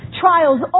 Trials